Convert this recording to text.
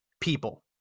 people